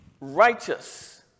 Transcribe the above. righteous